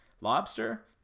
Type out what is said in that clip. Lobster